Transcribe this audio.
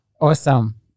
awesome